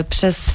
Przez